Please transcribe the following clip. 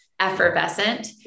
effervescent